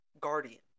guardian